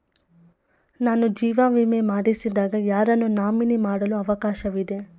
ನಾನು ಜೀವ ವಿಮೆ ಮಾಡಿಸಿದಾಗ ಯಾರನ್ನು ನಾಮಿನಿ ಮಾಡಲು ಅವಕಾಶವಿದೆ?